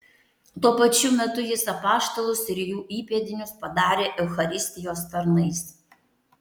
tuo pačiu metu jis apaštalus ir jų įpėdinius padarė eucharistijos tarnais